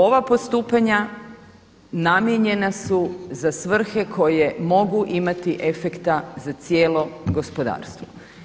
Ova postupanja namijenjena su za svrhe koje mogu imati efekta za cijelo gospodarstvo.